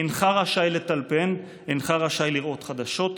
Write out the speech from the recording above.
אינך רשאי לטלפן, אינך רשאי לראות חדשות,